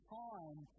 time